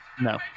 No